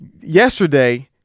Yesterday